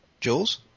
Jules